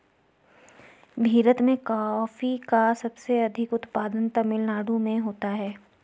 भीरत में कॉफी का सबसे अधिक उत्पादन तमिल नाडु में होता है